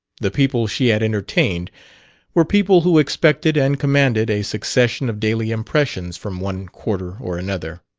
the people she had entertained were people who expected and commanded a succession of daily impressions from one quarter or another.